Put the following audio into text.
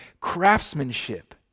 craftsmanship